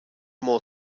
more